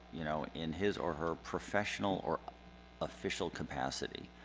you know, in his or her professional or official capacity.